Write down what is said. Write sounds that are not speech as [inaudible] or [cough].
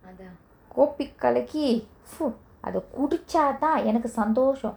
அதா:athaa coffee கலக்கி:kalaki [noise] அத குடிச்சாதா எனக்கு சந்தொசோ:atha kudichatha enaku santhoso